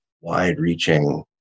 wide-reaching